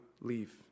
leave